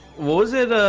was it, ah,